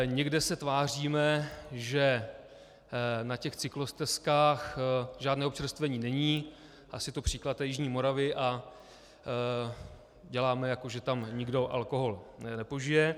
Někde se tváříme, že na těch cyklostezkách žádné občerstvení není, asi to je příklad jižní Moravy, děláme, jako že tam nikdo alkohol nepožije.